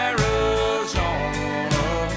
Arizona